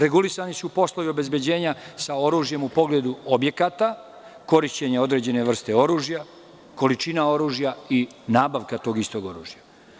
Regulisani su poslovi obezbeđenja sa oružjem u pogledu objekata, korišćenje određene vrste oružja, količina oružja i nabavka tog istog oružja.